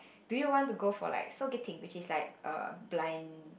do you want to for like which is like a blind